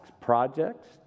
projects